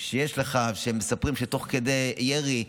שיש לך, ומספרים שתוך כדי ירי,